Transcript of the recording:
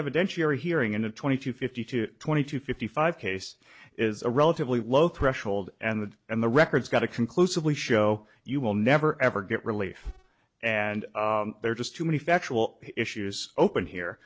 evidentiary hearing in a twenty two fifty two twenty two fifty five case is a relatively low threshold and the and the records got to conclusively show you will never ever get relief and there are just too many factual issues open